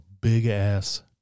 big-ass